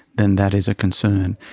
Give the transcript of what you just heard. then that is a concern.